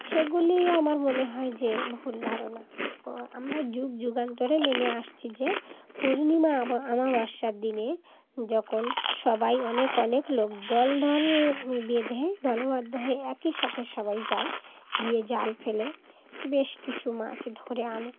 সেগুলি আমার মনে হয় যে ভুল ধারণা ও আমরা যুগ যুগান্তরে মেনে আসছি যে পূর্ণিমা অমাবস্যার দিনে যখন সবাই অনেক অনেক লোক দল দল বেঁধে দলবদ্ধ হয়ে একই সাথে সবাই যায় গিয়ে জাল ফেলে বেশ কিছু মাছ ধরে আনে